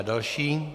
Další